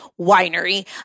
winery